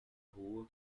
rua